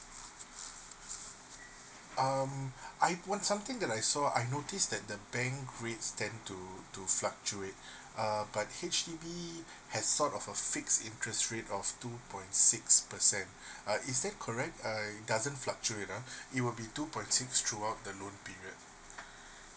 um I want something that I saw I noticed that the bank rates tends to to fluctuate err but H_DB has sort of a fixed interest rate of two point six percent uh is that correct uh it doesn't fluctuate ah it will be two point six throughout the loan period